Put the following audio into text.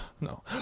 No